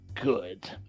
good